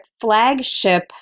flagship